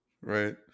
Right